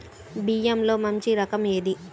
బియ్యంలో మంచి రకం ఏది?